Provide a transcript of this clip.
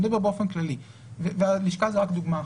אני מדבר באופן כללי והלשכה היא רק דוגמה אחת.